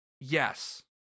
Yes